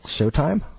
Showtime